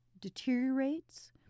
deteriorates